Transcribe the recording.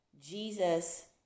Jesus